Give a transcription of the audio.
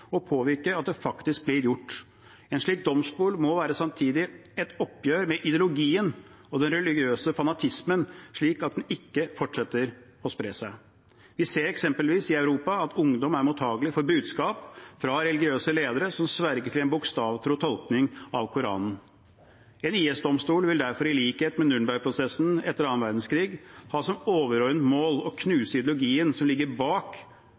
påvirke at det faktisk blir gjort. En slik domstol må samtidig være et oppgjør med ideologien og den religiøse fanatismen, slik at det ikke fortsetter å spre seg. Vi ser eksempelvis i Europa at ungdom er mottakelig for budskap fra religiøse ledere som sverger til en bokstavtro tolkning av Koranen. En IS-domstol vil derfor, i likhet med Nürnbergprosessen etter annen verdenskrig, ha som overordnet mål å knuse ideologien som ligger bak